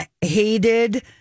hated